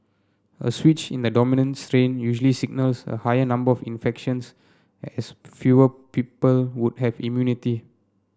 a switch in the dominant strain usually signals a higher number of infections as fewer people would have immunity